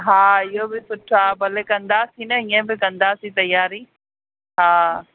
हा इहो बि सुठो आहे भले कंदासीं न इहो बि कंदासीं तयारी हा